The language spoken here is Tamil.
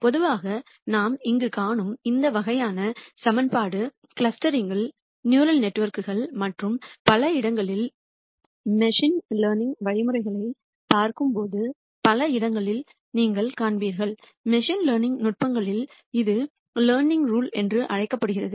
பொதுவாக நாம் இங்கு காணும் இந்த வகையான சமன்பாடு கிளஸ்டரிங்கில் நியூரல் நெட்வொர்க்குகள் மற்றும் பல இடங்களில் மெஷின் லேர்னிங் வழிமுறைகளைப் பார்க்கும்போது பல இடங்களில் நீங்கள் காண்பீர்கள் மெஷின் லேர்னிங் நுட்பங்களில் இது கற்றல் விதி என்று அழைக்கப்படுகிறது